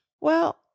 Well